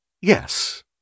Yes